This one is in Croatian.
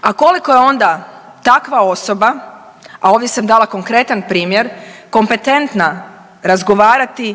a koliko je onda takva osoba, a ovdje sam dala konkretan primjer, kompetentna razgovarati